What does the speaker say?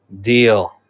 deal